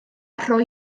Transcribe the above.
rhoi